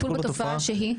טיפול בתופעה שהיא?